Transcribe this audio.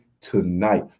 tonight